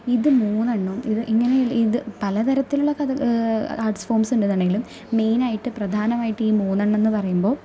ഇത് മൂന്നെണ്ണവും ഇത് ഇങ്ങനെയുള്ള ഇത് പലതരത്തിലുള്ള കഥ ആര്ട്സ് ഫോമ്സുണ്ടെന്നുണ്ടെങ്കിലും മെയിനായിട്ട് പ്രധാനമായിട്ട് മൂന്നെണ്ണം എന്ന് പറയുമ്പോൾ